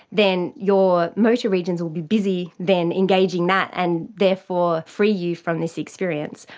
then your motor regions will be busy than engaging that and therefore free you from this experience.